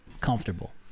comfortable